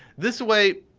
this way